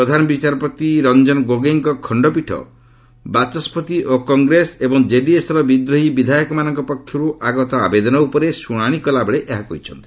ପ୍ରଧାନ ବିଚାରପତି ରଞ୍ଜନ ଗୋଗୋଇଙ୍କ ଖଣ୍ଡପୀଠ ବାଚସ୍କତି ଓ କଂଗ୍ରେସ ଏବଂ କେଡିଏସ୍ର ବିଦ୍ରୋହୀ ବିଧାୟକମାନଙ୍କ ପକ୍ଷରୁ ଆଗତ ଆବେଦନ ଉପରେ ଶୁଣାଣି କଲାବେଳେ ଏହା କହିଛନ୍ତି